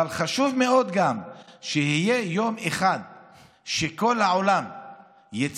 אבל גם חשוב מאוד שיהיה יום אחד שבו כל העולם יציין